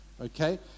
okay